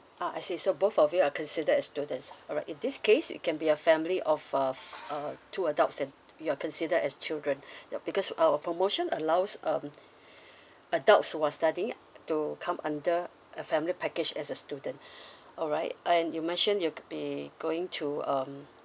ah I see so both of you are considered as students all right in this case it can be a family of uh uh two adults and you're considered as children your because our promotion allows um adults who was study to come under a family package as a student alright and you mentioned you'll be going to um